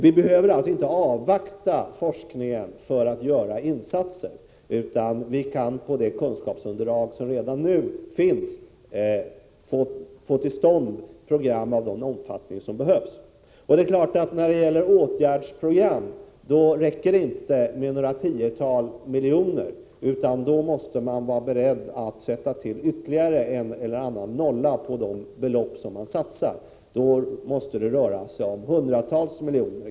Vi behöver alltså inte avvakta forskningen för att kunna göra insatser, utan vi kan, på basis av det kunskapsunderlag som redan nu finns, få till stånd program av den omfattning som behövs. Det är klart att några tiotal miljoner inte är tillräckligt i detta sammanhang. Man måste vara beredd att sätta till ytterligare en eller annan nolla i fråga om de belopp som satsas. Det måste således röra sig om hundratals miljoner.